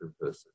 person